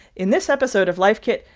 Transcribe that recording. in this episode of life kit,